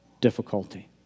difficulty